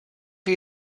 chi